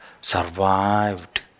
survived